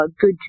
good